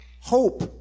hope